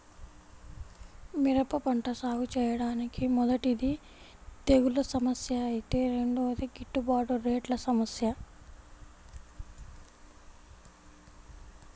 మిరప పంట సాగుచేయడానికి మొదటిది తెగుల్ల సమస్య ఐతే రెండోది గిట్టుబాటు రేట్ల సమస్య